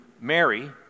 Mary